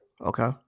Okay